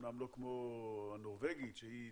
אמנם לא כמו הנורבגית שהיא